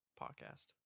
podcast